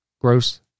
gross